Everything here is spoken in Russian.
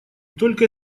только